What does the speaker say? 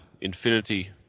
Infinity